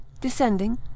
descending